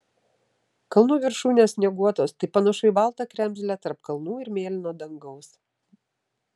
kalnų viršūnės snieguotos tai panašu į baltą kremzlę tarp kalnų ir mėlyno dangaus